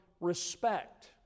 respect